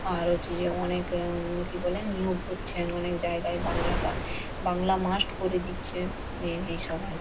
আর হচ্ছে যে অনেক কী বলে নিয়োগ করছেন অনেক জায়গায় বাংলাটা বাংলা মাস্ট করে দিচ্ছে এ এই সবাই